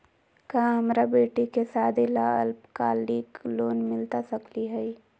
का हमरा बेटी के सादी ला अल्पकालिक लोन मिलता सकली हई?